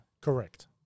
Correct